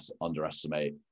underestimate